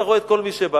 אתה רואה את כל מי שבא.